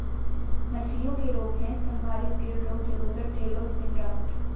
मछलियों के रोग हैं स्तम्भारिस, गिल रोग, जलोदर, टेल और फिन रॉट